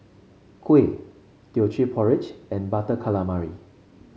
kuih Teochew Porridge and Butter Calamari